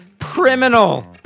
Criminal